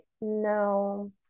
no